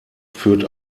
führt